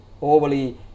overly